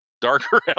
darker